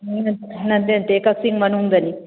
ꯅꯠꯇꯦ ꯅꯠꯇꯦ ꯀꯛꯆꯤꯡ ꯃꯅꯨꯡꯗꯅꯤ